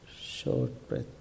short-breath